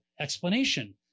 explanation